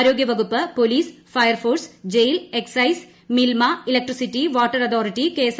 ആരോഗ്യ വകുപ്പ് police fire force jail excise Milma electricity water authority KS